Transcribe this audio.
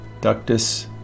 ductus